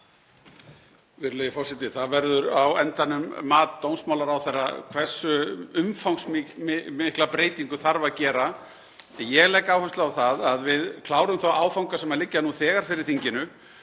Það verður á endanum mat dómsmálaráðherra hversu umfangsmiklar breytingar þarf að gera því að ég legg áherslu á það að við klárum þá áfanga sem liggja nú þegar fyrir þinginu